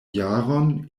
jaron